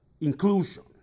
inclusion